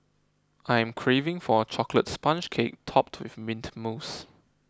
I am craving for a Chocolate Sponge Cake Topped with Mint Mousse